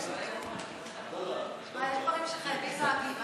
יש דברים שחייבים להגיב.